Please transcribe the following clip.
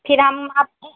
फिर हम अपने